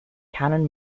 canon